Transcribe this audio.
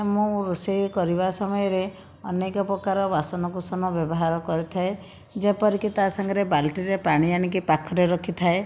ମୁଁ ରୋଷେଇ କରିବା ସମୟରେ ଅନେକ ପ୍ରକାର ବାସନକୁସନ ବ୍ୟବହାର କରିଥାଏ ଯେପରିକି ତା ସାଙ୍ଗରେ ବାଲ୍ଟିରେ ପାଣି ଆଣିକି ପାଖରେ ରଖିଥାଏ